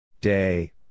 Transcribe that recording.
Day